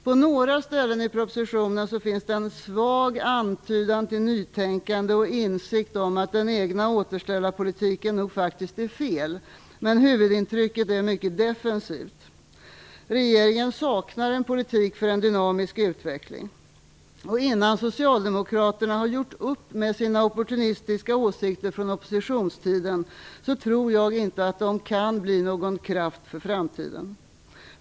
På några ställen i propositionen finns en svag antydan till nytänkande och insikt om att den egna återställarpolitiken nog faktiskt är fel, men huvudintrycket är mycket defensivt. Regeringen saknar en politik för en dynamisk utveckling. Innan socialdemokraterna har gjort upp med sina opportunistiska åsikter från oppositionstiden tror jag inte att de kan bli någon kraft för framtiden.